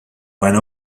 one